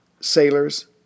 sailors